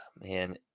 Man